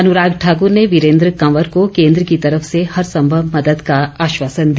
अनुराग ठाकुर ने वीरेन्द्र कंवर को केन्द्र की तरफ से हर संभव मदद का आश्वासन दिया